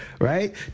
Right